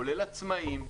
כולל עצמאים,